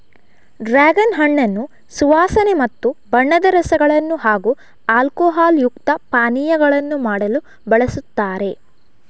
dragon ಹಣ್ಣನ್ನು ಸುವಾಸನೆ ಮತ್ತು ಬಣ್ಣದ ರಸಗಳನ್ನು ಹಾಗೂ ಆಲ್ಕೋಹಾಲ್ ಯುಕ್ತ ಪಾನೀಯಗಳನ್ನು ಮಾಡಲು ಬಳಸುತ್ತಾರೆ